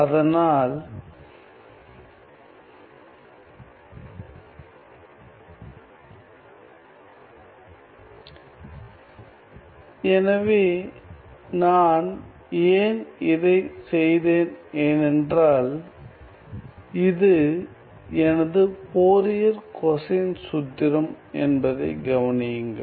அதனால் எனவே நான் ஏன் இதைச் செய்தேன் ஏனென்றால் இது எனது ஃபோரியர் கொசைன் சூத்திரம் என்பதை கவனியுங்கள்